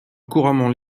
couramment